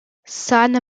san